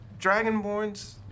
Dragonborns